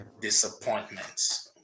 disappointments